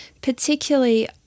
particularly